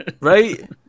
Right